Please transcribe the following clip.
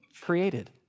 created